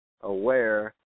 aware